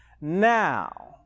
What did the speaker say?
Now